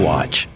Watch